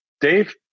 Dave